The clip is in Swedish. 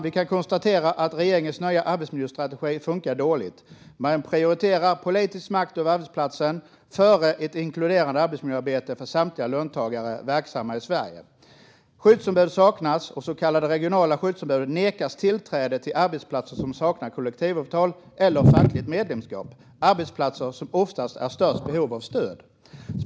Vi kan konstatera att regeringens nya arbetsmiljöstrategi funkar dåligt. Man prioriterar politisk makt över arbetsplatsen framför ett inkluderande arbetsmiljöarbete för samtliga löntagare verksamma i Sverige. Skyddsombud saknas, och så kallade regionala skyddsombud nekas tillträde till arbetsplatser som saknar kollektivavtal eller fackligt medlemskap - de arbetsplatser som oftast är i störst behov av stöd.